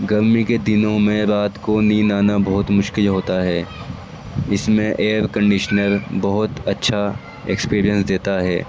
گرمی کے دنوں میں رات کو نیند آنا بہت مشکل ہوتا ہے اس میں ایئر کنڈیشنر بہت اچھا ایکسپریئنس دیتا ہے